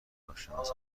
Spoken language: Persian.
ناشناس